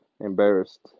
Embarrassed